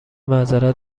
معذرت